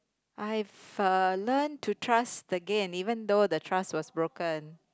I've uh learnt to trust again even though the trust was broken